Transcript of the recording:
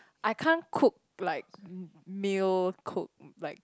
I can't cook like meal cook like